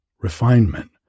refinement